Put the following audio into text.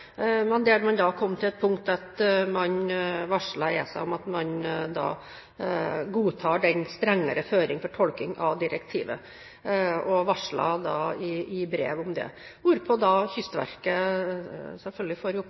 man til det punkt at man varslet ESA om at man godtok den strengere føringen for tolking av direktivet. Man varsler i brev om det, hvorpå Kystverket selvfølgelig får